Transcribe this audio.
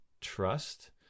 trust